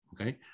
okay